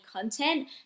content